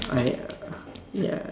I err ya